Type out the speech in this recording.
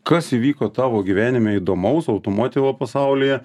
kas įvyko tavo gyvenime įdomaus automotivo pasaulyje